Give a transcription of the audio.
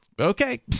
okay